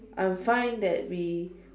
I'm fine that we